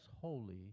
holy